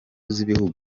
z’ibihugu